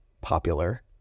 popular